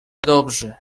dobrzy